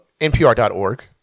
NPR.org